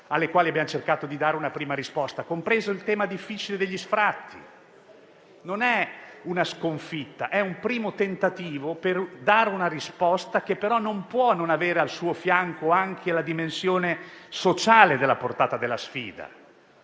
alle quali abbiamo cercato di dare una prima risposta, compreso il tema difficile gli sfratti. Non è una sconfitta: è un primo tentativo per dare una risposta, che però non può non avere al suo fianco anche la dimensione sociale della portata della sfida.